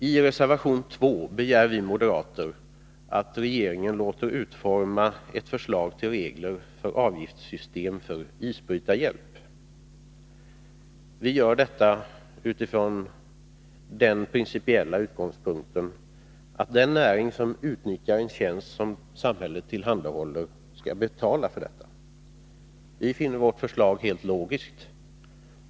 I reservation 2 begär vi moderater att regeringen låter utforma ett förslag till regler för ett avgiftssystem för isbrytarhjälp. Vi gör det från den principiella utgångspunkten att den näring som utnyttjar en tjänst som samhället tillhandahåller skall betala för detta. Vi finner vårt förslag helt logiskt.